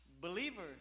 believer